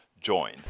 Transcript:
join